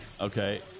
Okay